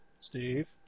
Steve